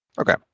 Okay